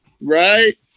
Right